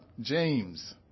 James